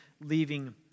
leaving